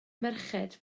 merched